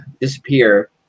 disappear